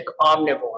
omnivore